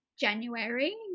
January